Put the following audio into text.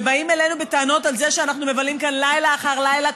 באים אלינו בטענות על זה שאנחנו מבלים כאן לילה אחר לילה,